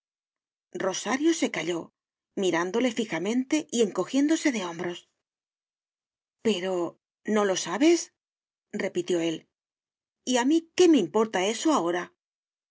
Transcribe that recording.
rosario se calló mirándole fijamente y encojiéndose de hombros pero no lo sabes repitió él y a mí qué me importa eso ahora